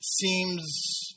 seems